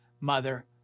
mother